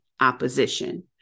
opposition